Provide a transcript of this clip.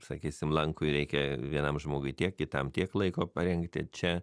sakysim lankui reikia vienam žmogui tiek kitam tiek laiko parengti čia